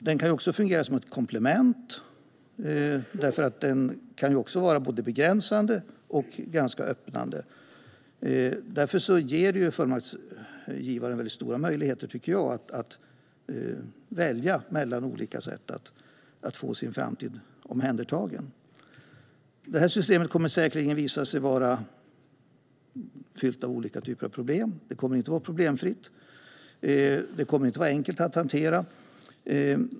Den kan också fungera som ett komplement, för den kan vara både begränsande och ganska öppnande. Därför ger den fullmaktsgivaren väldigt stora möjligheter, tycker jag, att välja mellan olika sätt att få sin framtid omhändertagen. Det här systemet kommer säkerligen att visa sig vara fyllt av olika typer av problem. Det kommer inte att vara problemfritt eller enkelt att hantera.